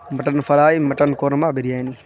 mutton fry mutton korma biryani